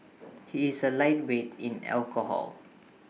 he is A lightweight in alcohol